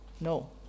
No